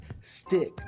stick